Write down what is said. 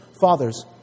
fathers